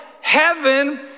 heaven